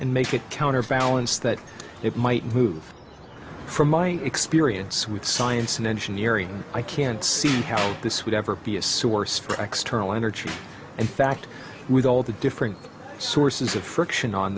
and make it counterbalance that it might move from my experience with science and engineering i can't see how this would ever be a source for external energy in fact with all the different sources of friction on